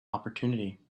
opportunity